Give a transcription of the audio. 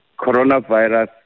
coronavirus